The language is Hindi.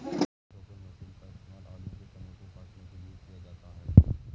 हॉलम टोपर मशीन का इस्तेमाल आलू के तने को काटने के लिए किया जाता है